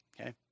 okay